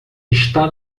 está